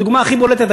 הדוגמה הכי בולטת,